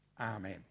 Amen